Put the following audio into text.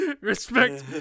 Respect